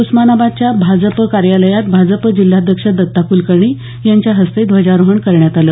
उस्मानाबादच्या बाजप कार्यालयात भाजप जिल्हाध्यक्ष दत्ता कुलकर्णी यांच्या हस्ते ध्वजारोहण करण्यात आलं